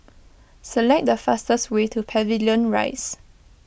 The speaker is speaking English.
select the fastest way to Pavilion Rise